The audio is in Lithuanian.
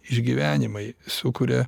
išgyvenimai sukuria